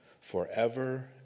forever